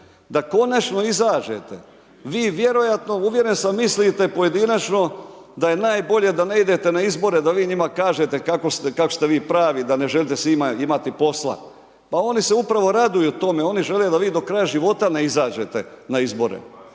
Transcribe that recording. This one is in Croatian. da konačno izađete. Vi vjerojatno, uvjeren sam mislite pojedinačno da je najbolje da ne idete na izbore da vi njima kažete kako ste vi pravi, da ne želite s njima imati posla. Ma oni se upravo raduju tome. Oni žele da vi do kraja života ne izađete na izbore.